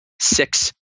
six